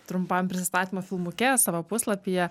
trumpam prisistatymo filmuke savo puslapyje